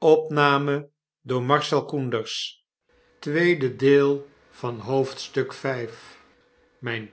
mijn